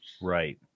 right